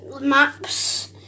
maps